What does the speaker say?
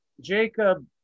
Jacob